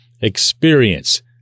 experience